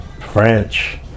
French